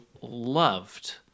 loved